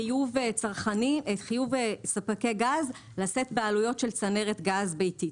לגבי חיוב ספקי גז לשאת בעלויות של צנרת גז ביתית.